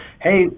hey